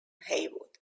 haywood